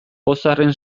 pozarren